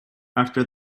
after